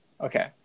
Okay